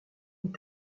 est